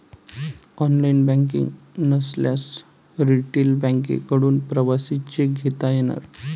online banking नसल्यास retail बँकांकडून प्रवासी चेक घेता येणार